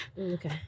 okay